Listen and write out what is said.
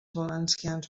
valencians